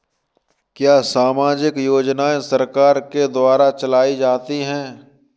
क्या सामाजिक योजनाएँ सरकार के द्वारा चलाई जाती हैं?